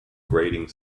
grating